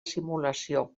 simulació